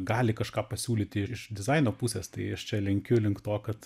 gali kažką pasiūlyti ir iš dizaino pusės tai aš čia lenkiu link to kad